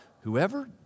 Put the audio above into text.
Whoever